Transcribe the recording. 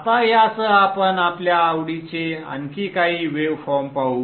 आता यासह आपण आपल्या आवडीचे आणखी काही वेवफॉर्म पाहू